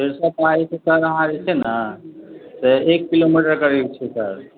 Sarisab Pahi sir अहाँ एबय ने तऽ एक किलोमीटर करीब छै सर